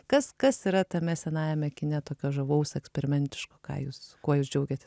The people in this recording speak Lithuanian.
kas kas yra tame senajame kine tokio žavaus eksperimentiško ką jūs kuo jūs džiaugiatės